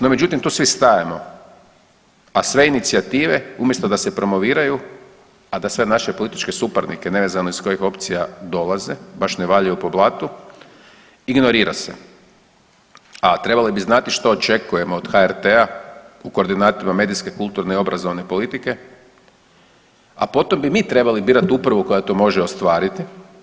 No, međutim tu svi stajemo, a sve inicijative umjesto da se promoviraju, a da sve naše političke suparnike nevezano iz kojih opcija dolaze, baš ne valjaju po blatu ignorira se, a trebali bi znati što očekujemo od HRT-a u kordinatima medijske, kulturne i obrazovne politike, a potom bi mi trebali birati upravu koja to može ostvariti.